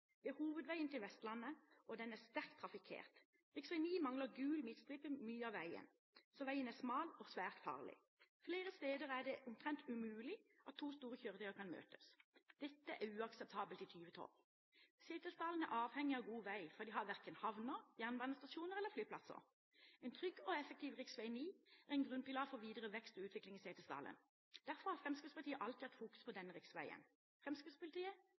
Det er hovedveien til Vestlandet, og den er sterkt trafikkert. Rv. 9 mangler gul midtstripe mye av veien, så veien er smal og svært farlig. Flere steder er det omtrent umulig at to store kjøretøyer kan møtes. Dette er uakseptabelt i 2012. Setesdal er avhengig av god vei, for de har verken havner, jernbanestasjoner eller flyplasser. En trygg og effektiv rv. 9 er en grunnpilar for videre vekst og utvikling i Setesdal. Derfor har Fremskrittspartiet alltid hatt fokus på denne riksveien.